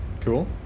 Cool